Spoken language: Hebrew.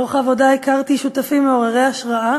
לאורך העבודה הכרתי שותפים מעוררי השראה